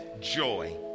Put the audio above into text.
joy